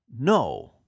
no